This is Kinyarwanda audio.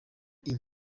cyane